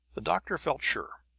the doctor felt sure.